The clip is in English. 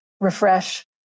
refresh